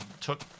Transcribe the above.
took